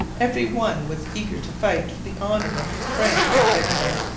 every one was eager to fight for the honour of france in canada.